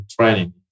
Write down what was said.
training